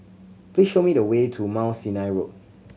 please show me the way to Mount Sinai Road